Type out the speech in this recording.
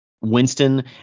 Winston